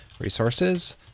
resources